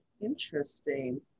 Interesting